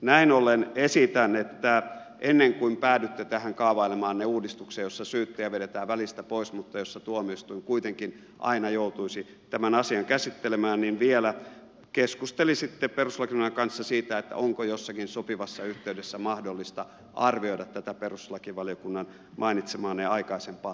näin ollen esitän että ennen kuin päädytte tähän kaavailemaanne uudistukseen jossa syyttäjä vedetään välistä pois mutta jossa tuomioistuin kuitenkin aina joutuisi tämän asian käsittelemään vielä keskustelisitte perustuslakivaliokunnan kanssa siitä onko jossakin sopivassa yhteydessä mahdollista arvioida tätä mainitsemaanne perustuslakivaliokunnan aikaisempaa tulkintaa uudelleen